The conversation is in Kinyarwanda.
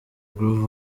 groove